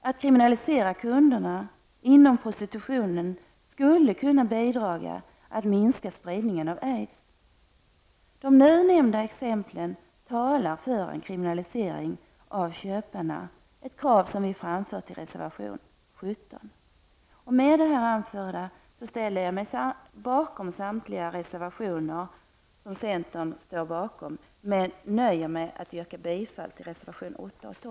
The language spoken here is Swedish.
Att kriminalisera kunderna inom prostitutionen skulle kunna bidra till att minska spridningen av aids. De nu nämnda exemplen talar för en kriminalisering av köparna, ett krav som vi framfört i reservation 17. Med det anförda ställer jag mig bakom samtliga reservationer som centern står bakom, men jag nöjer mig med att yrka bifall till reservationerna 8